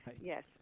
yes